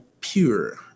Pure